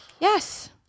Yes